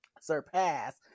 surpass